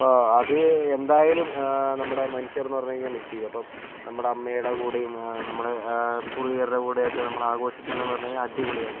ഇപ്പോൾ അത് എന്തായാലും നമ്മുടെ മനുഷ്യർ എന്ന് പറഞ്ഞു കഴിഞ്ഞാൽ മിസ്സ് ചെയ്യും അപ്പോൾ നമ്മുടെ അമ്മയുടെ കൂടെയും നമ്മുടെ പൂർവികരുടെ കൂടെ ഒക്കെ നമ്മൾ ആഘോഷിക്കുന്നു എന്ന് പറഞ്ഞാൽ അടിപൊളിയാണ്